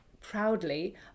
proudly